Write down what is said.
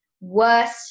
worst